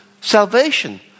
salvation